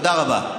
תודה רבה.